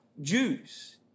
Jews